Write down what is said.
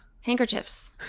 Handkerchiefs